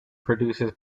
produces